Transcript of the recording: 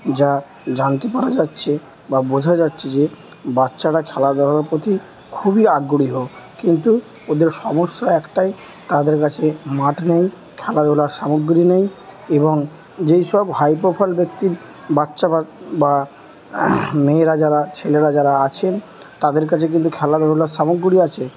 যা জানতে পারা যাচ্ছে বা বোঝা যাচ্ছে যে বাচ্চারা খেলাধুলার প্রতি খুবই আগ্রহীও কিন্তু ওদের সমস্যা একটাই তাদের কাছে মাঠ নেই খেলাধুলার সামগ্রী নেই এবং যেই সব হাই প্রোফাইল ব্যক্তির বাচ্চা বা মেয়েরা যারা ছেলেরা যারা আছেন তাদের কাছে কিন্তু খেলাধুলার সামগ্রী আছে